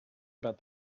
about